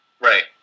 Right